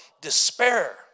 despair